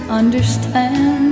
understand